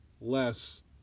less